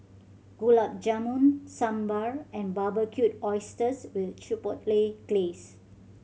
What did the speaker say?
Gulab Jamun Sambar and Barbecued Oysters with Chipotle Glaze